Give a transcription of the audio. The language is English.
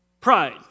pride